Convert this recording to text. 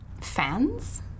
fans